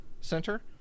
Center